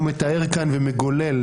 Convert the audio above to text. הוא מתאר כאן ומגולל